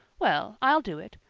well, i'll do it.